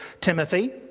Timothy